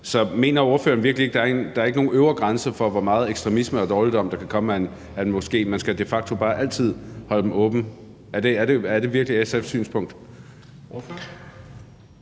Så mener ordføreren virkelig ikke, der er en øvre grænse for, hvor meget ekstremisme og dårligdom der kan komme fra en moské, men at man de facto bare altid skal holde dem åbne? Er det virkelig SF's synspunkt?